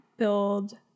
Build